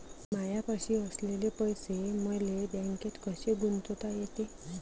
मायापाशी असलेले पैसे मले बँकेत कसे गुंतोता येते?